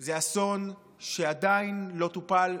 זה אסון שעדיין לא טופל,